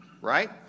right